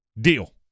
Deal